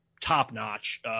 top-notch